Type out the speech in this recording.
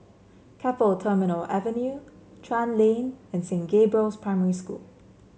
Keppel Terminal Avenue Chuan Lane and Saint Gabriel's Primary School